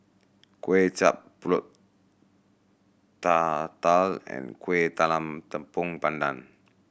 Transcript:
Kway Chap Pulut Tatal and Kueh Talam Tepong Pandan